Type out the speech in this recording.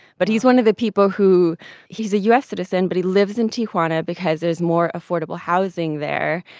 but he's one of the people who he's a u s. citizen. but he lives in tijuana because there's more affordable housing there,